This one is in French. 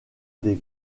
des